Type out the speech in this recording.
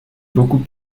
beaucoup